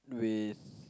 with